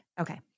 Okay